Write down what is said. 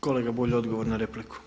Kolega Bulj odgovor na repliku.